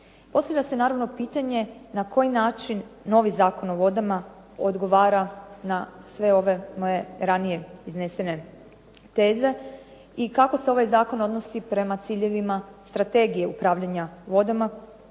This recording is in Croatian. Postavlja se naravno pitanje na koji način novi Zakon o vodama odgovara na sve ove moje ranije iznesene teze, i kako se ovaj zakon odnosi prema ciljevima strategije upravljanja vodama,